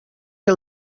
que